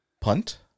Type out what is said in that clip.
Punt